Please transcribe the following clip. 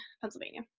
Pennsylvania